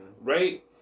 right